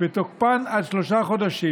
ותוקפן עד שלושה חודשים,